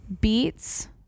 beets